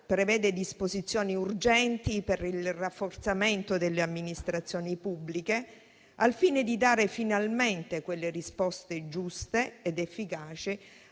prevede disposizioni urgenti per il rafforzamento delle amministrazioni pubbliche, al fine di dare finalmente risposte giuste ed efficaci